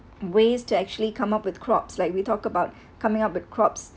ways to actually come up with crops like we talk about coming up with crops